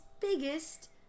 biggest